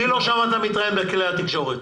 אותי לא שמעת מתראיין בכלי התקשורת.